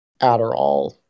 Adderall